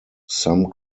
some